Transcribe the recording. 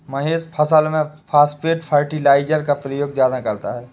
महेश फसल में phosphate fertiliser का ज्यादा प्रयोग करता है